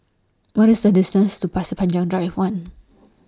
What IS The distance to Pasir Panjang Drive one